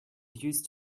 used